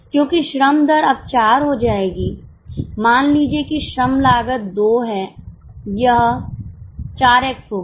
क्योंकि श्रम दर अब 4 हो जाएगी मान लीजिए कि श्रम लागत 2 है यह 4 x होगी